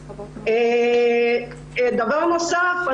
דבר נוסף,